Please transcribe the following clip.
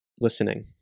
listening